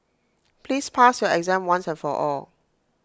please pass your exam once and for all